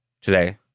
today